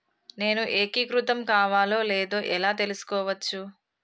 నేను ఏకీకృతం కావాలో లేదో ఎలా తెలుసుకోవచ్చు?